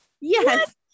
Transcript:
Yes